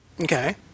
Okay